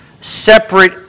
separate